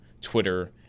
Twitter